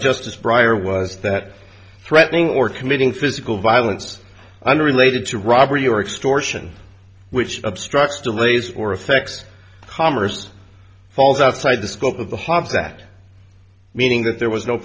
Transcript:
justice prior was that threatening or committing physical violence unrelated to robbery or extortion which obstructs to raise or effects commerce falls outside the scope of the hobs that meaning that there was no